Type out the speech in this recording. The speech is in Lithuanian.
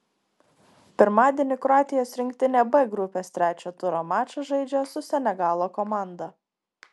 pirmadienį kroatijos rinktinė b grupės trečio turo mačą žaidžia su senegalo komanda